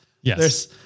Yes